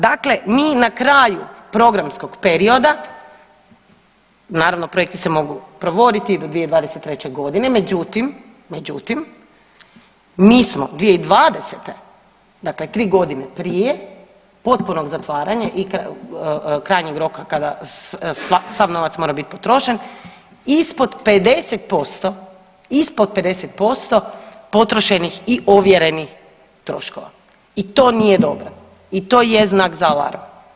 Dakle, mi na kraju programskog perioda, naravno projekti se mogu provoditi do 2023. godine, međutim, mi smo 2020., dakle 3 godine prije, potpunog zatvaranja i krajnjeg roka kada sav novac mora bit potrošen, ispod 50% potrošenih i ovjerenih troškova, i to nije dobro i to je znak za alarm.